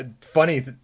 funny